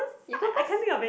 you go first